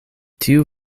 tiu